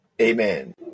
Amen